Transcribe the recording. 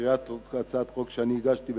הצעת חוק שאני הגשתי,